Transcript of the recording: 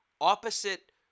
opposite